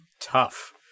tough